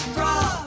raw